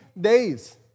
days